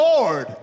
Lord